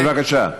בבקשה.